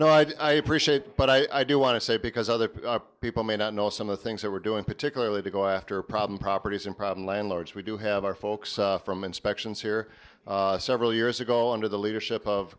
no i appreciate it but i do want to say because other people may not know some of the things that we're doing particularly to go after problem properties and problem landlords we do have our folks from inspections here several years ago under the leadership of